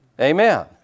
Amen